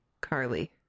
Carly